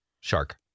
Shark